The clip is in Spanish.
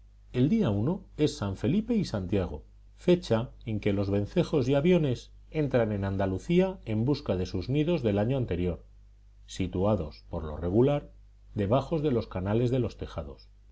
el día es san felipe y santiago fecha en que los vencejos y aviones entran en andalucía en busca de sus nidos del año anterior situados por lo regular debajo de las canales de los tejados